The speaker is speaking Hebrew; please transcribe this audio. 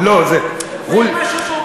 לא, זה, "ע'ול"